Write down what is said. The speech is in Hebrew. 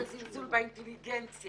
זה זלזול באינטליגנציה,